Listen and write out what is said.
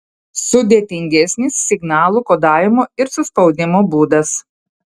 sudėtingesnis signalų kodavimo ir suspaudimo būdas